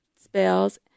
spells